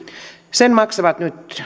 sen maksavat nyt